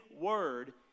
word